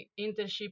internship